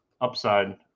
upside